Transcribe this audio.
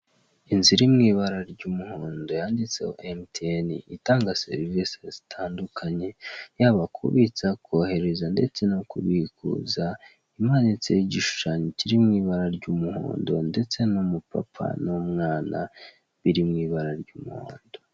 Inzu iri mu ibara ry'umuhondo yanditseho emutiyeni, itanga serivise zitandukanye yaba kubitsa, kohereza ndetse no kubikuza, imanitseho igishushanyo kiri mu ibara ry'umuhondo ndetse n'umupapa n'umwana biri mu ibara ry'umuhondo.